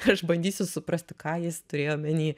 ir aš bandysiu suprasti ką jis turėjo omeny